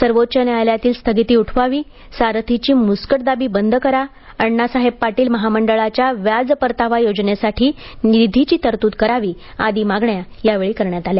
सर्वोच्च न्यायालयातील स्थगिती उठवावी सारथीची मुस्कटदाबी बंद करा आण्णासाहेब पाटील महामंडळाच्या व्याज परतावा योजनेसाठी निधीची तरतूद करावी आदी मागण्या यावेळी करण्यात आल्या